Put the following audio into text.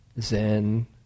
Zen